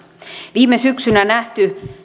viime syksynä nähty